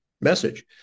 message